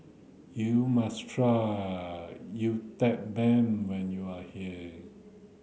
you must try Uthapam when you are here